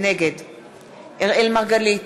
נגד אראל מרגלית,